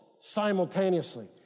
simultaneously